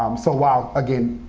um so while, again,